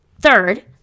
third